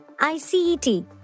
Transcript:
ICET